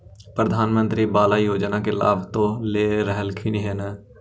प्रधानमंत्री बाला योजना के लाभ तो ले रहल्खिन ह न?